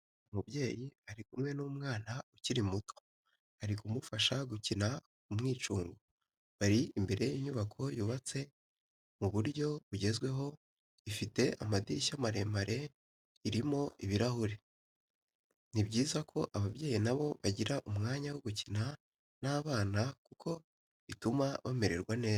Umubyeyi ari kumwe n'umwana ukiri muto ari kumufasha gukinira ku mwicungo, bari imbere y'inyubako yubatse mu buryo bugezweho ifite amadirishya maremare arimo ibirahuri. Ni byiza ko ababyeyi na bo bagira umwanya wo gukina n'abana kuko bituma bamererwa neza.